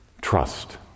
Trust